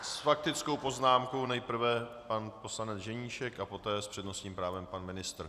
S faktickou poznámkou nejprve pan poslanec Ženíšek a poté s přednostním právem pan ministr.